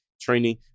training